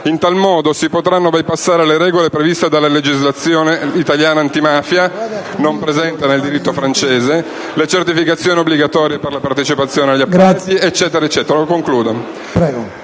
In tal modo si potranno bypassare le regole previste dalla legislazione italiana antimafia (non presente nel diritto francese), le certificazioni obbligatorie per la partecipazione agli appalti e così